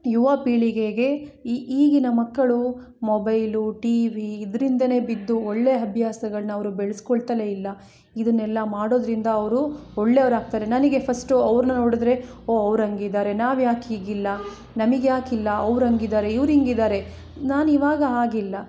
ಯುವ ಪೀಳಿಗೆಗೆ ಈಗಿನ ಮಕ್ಕಳು ಮೊಬೈಲು ಟಿ ವಿ ಇದ್ರ ಹಿಂದೇನೇ ಬಿದ್ದು ಒಳ್ಳೆ ಅಭ್ಯಾಸಗಳ್ನ ಅವರು ಬೆಳಸ್ಕೊಳ್ತಲೇ ಇಲ್ಲ ಇದನ್ನೆಲ್ಲ ಮಾಡೋದರಿಂದ ಅವರು ಒಳ್ಳೆವರಾಗ್ತಾರೆ ನನಗೆ ಫಸ್ಟು ಅವ್ರನ್ನ ನೋಡಿದರೆ ಓ ಅವ್ರು ಹಂಗಿದಾರೆ ನಾವ್ಯಾಕೆ ಹೀಗಿಲ್ಲ ನಮಗ್ಯಾಕಿಲ್ಲ ಅವ್ರು ಹಂಗಿದಾರೆ ಇವ್ರು ಹಿಂಗಿದಾರೆ ನಾನು ಇವಾಗ ಹಾಗಿಲ್ಲ